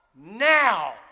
now